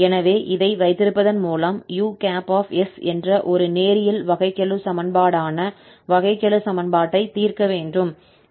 எனவே இதை வைத்திருப்பதன் மூலம் us என்ற ஒரு நேரியல் வகைக்கெழு சமன்பாடான வகைக்கெழு சமன்பாட்டை தீர்க்க வேண்டும்